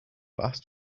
vast